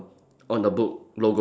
on the book logo